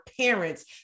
parents